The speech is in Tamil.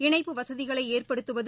இணைப்பு வசதிகளைஏற்படுத்துவது